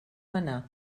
manar